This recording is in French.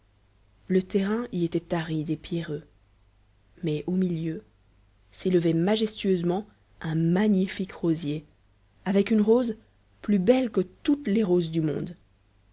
le terrain y était aride et pierreux mais au milieu s'élevait majestueusement un magnifique rosier avec une rose plus belle que toutes les roses du monde